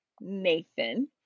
Nathan